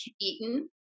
eaten